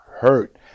hurt